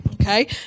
Okay